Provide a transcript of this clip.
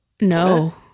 No